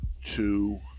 Two